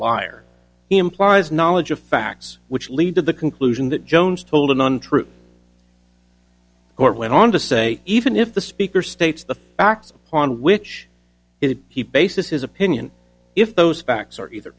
he implies knowledge of facts which lead to the conclusion that jones told an untruth court went on to say even if the speaker states the facts on which he bases his opinion if those facts are either